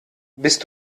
bist